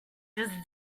just